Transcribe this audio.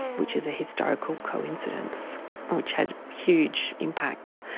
which is a historical coincidence which had huge impacts.